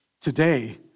today